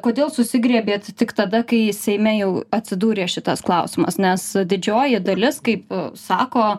kodėl susigriebėt tik tada kai seime jau atsidūrė šitas klausimas nes didžioji dalis kaip sako